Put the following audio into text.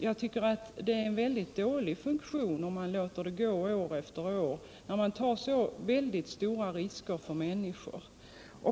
Jag tycker att det är en väldigt dålig funktion om man låter det gå år efter år, när man tar så väldigt stora risker för människor.